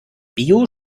bio